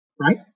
right